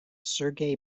sergei